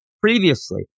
Previously